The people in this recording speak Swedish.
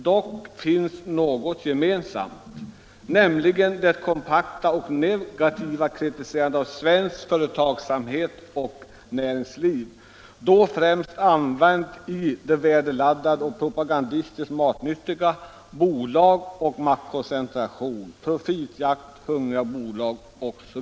Dock finns också något gemensamt, nämligen det kompakta och negativa kritiserandet av svensk företagsamhet och svenskt näringsliv, då främst använt i de värdeladdade och propagandistiskt matnyttiga uttrycken ”bolag och maktkoncentration”, ”profitjakt”, ”hungriga bolag”, etc.